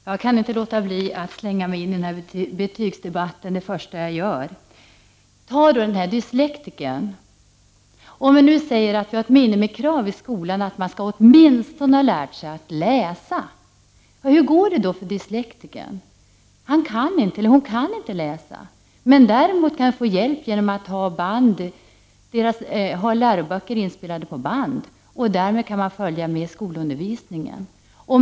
Herr talman! Jag kan inte låta bli att slänga mig in i den här betygsdebatten det första jag gör. Ta den här dyslektikern som exempel. Om vi nu säger att vi har ett minimikrav i skolan, att man åtminstone skall ha lärt sig att läsa, hur går det då för dyslektikern? Han eller hon kan inte läsa. Däremot kan man få hjälp genom att ha läroböcker inspelade på band. Därmed kan man följa med i skolundervisningen.